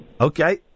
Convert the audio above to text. Okay